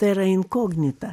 terra incognita